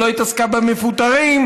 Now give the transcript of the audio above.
לא התעסקה במפוטרים,